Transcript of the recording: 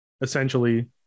essentially